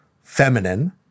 feminine